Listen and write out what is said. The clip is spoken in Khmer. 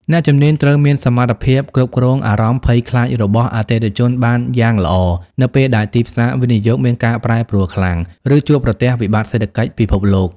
អ្នកជំនាញត្រូវមានសមត្ថភាពគ្រប់គ្រងអារម្មណ៍ភ័យខ្លាចរបស់អតិថិជនបានយ៉ាងល្អ នៅពេលដែលទីផ្សារវិនិយោគមានការប្រែប្រួលខ្លាំង ឬជួបប្រទះវិបត្តិសេដ្ឋកិច្ចពិភពលោក។